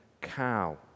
cow